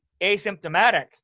asymptomatic